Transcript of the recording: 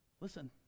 Listen